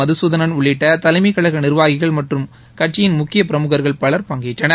மதுசூதனன் உள்ளிட்ட தலைமைக்கழக நிா்வாகிகள் மற்றும் கட்சியின் முக்கிய பிரமுகர்கள் பலர் பங்கேற்றனர்